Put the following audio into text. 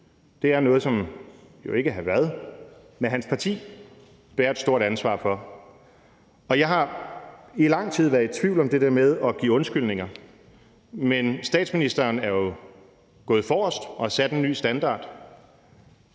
er noget, som ikke hr. Frederik Vad, men hans parti bærer et stort ansvar for. Jeg har i lang tid været i tvivl om det der med at give undskyldninger, men statsministeren er jo gået forrest og har sat en ny standard,